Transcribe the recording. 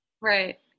Right